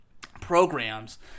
programs